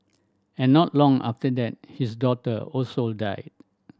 and not long after that his daughter also died